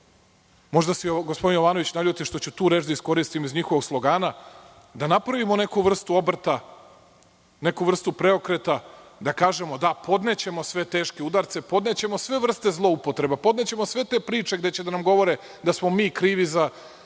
možda se gospodin Jovanović naljuti što ću tu reč da iskoristim iz njihovog slogana, da napravimo neku vrstu obrta, neku vrstu preokreta da kažemo – da, podnećemo sve teške udarce, podnećemo sve vrste zloupotreba, podnećemo sve te priče gde će da nam govore da smo mi krivi za